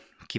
keep